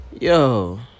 yo